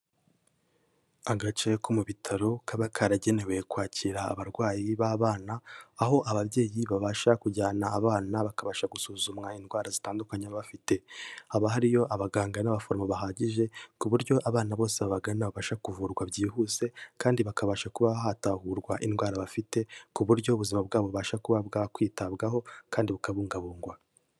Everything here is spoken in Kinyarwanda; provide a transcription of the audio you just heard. Agace ko mu bitaro kaba karagenewe kwakira abarwayi b'abana, aho ababyeyi babasha kujyana abana bakabasha gusuzumwa indwara zitandukanye bafite, haba hariyo abaganga n'abaforomo bahagije ku buryo abana bose babagana babasha kuvurwa byihuse kandi bakabasha kuba hatahurwa indwara bafite, ku buryo ubuzima bwabo bubasha kuba bwakwitabwaho kandi bukabungabungwa.